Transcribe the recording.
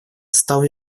стал